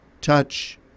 touch